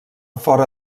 fora